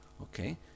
Okay